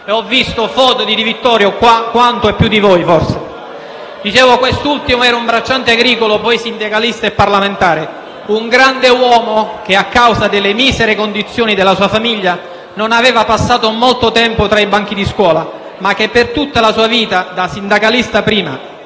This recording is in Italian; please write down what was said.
e ho visto foto di Di Vittorio quanto e forse più di voi. Quest'ultimo era un bracciante agricolo, poi sindacalista e parlamentare. Un grande uomo che a causa delle misere condizioni della sua famiglia, non aveva passato molto tempo tra i banchi di scuola, ma che per tutta la vita - prima da sindacalista e